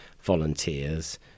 volunteers